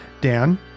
Dan